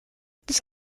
das